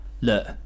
Look